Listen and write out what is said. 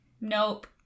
Nope